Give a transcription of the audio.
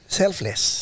selfless